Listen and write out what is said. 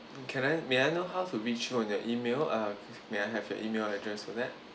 can I may I know how to reach you on your email uh may I have your email address for that